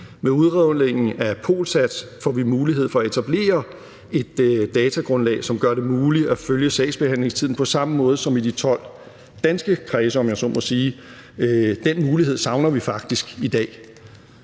Med udrulningen af POLSAS får vi mulighed for at etablere et datagrundlag, som gør det muligt at følge sagsbehandlingstiden på samme måde som i de 12 danske kredse, om jeg så må sige. Den mulighed savner vi faktisk i dag.